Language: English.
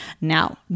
Now